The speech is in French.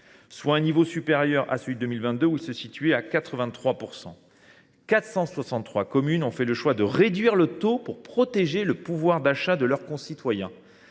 soit un niveau supérieur à celui de 2022, où il se situait à 83 %. Par ailleurs, 463 communes ont fait le choix de réduire le taux pour protéger le pouvoir d’achat de leurs administrés,